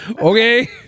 Okay